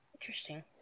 Interesting